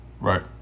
Right